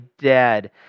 dead